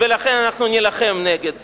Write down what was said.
ולכן אנחנו נילחם נגד זה.